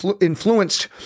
influenced